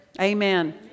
Amen